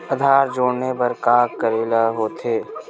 आधार जोड़े बर का करे ला होथे?